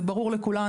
זה ברור לכולנו.